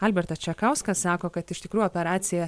albertas čekauskas sako kad iš tikrųjų operacija